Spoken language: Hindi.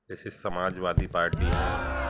जैसे समाजवादी पार्टी है